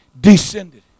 descended